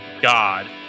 God